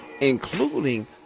including